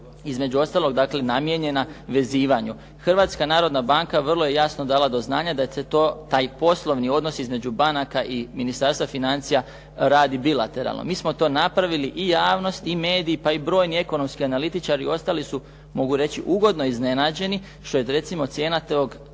između ostalog, dakle namijenjena vezivanju. Hrvatska narodna banka vrlo je jasno dala do znanja da se to, taj poslovni odnos između banaka i Ministarstva financija radi bilateralno. Mi smo to napravili i javnost i mediji, pa i brojni ekonomski analitičari ostali su mogu reći ugodno iznenađeni što je recimo cijena tog